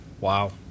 wow